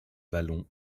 vallon